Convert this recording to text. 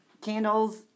candles